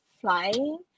flying